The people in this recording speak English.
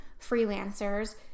freelancers